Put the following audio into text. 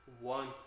One